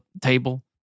table